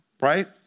right